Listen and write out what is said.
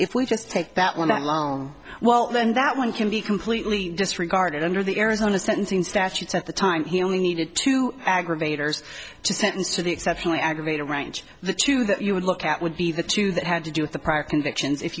if we just take that one that long well then that one can be completely disregarded under the arizona sentencing statutes at the time he only needed to aggravators to sentence to the exceptionally aggravated range the two that you would look at would be the two that had to do with the prior convictions if